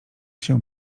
się